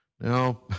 Now